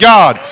God